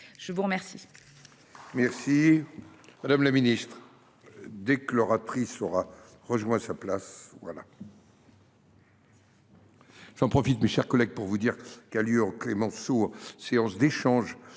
je vous remercie